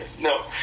no